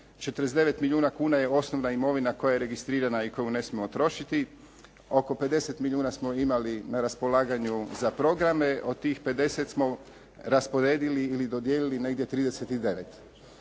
49 milijuna kuna je osnovna imovina koja je registrirana i koju ne smijemo trošiti. Oko 50 milijuna smo imali na raspolaganju za programe. Od tih 50 smo rasporedili ili dodijelili negdje 39.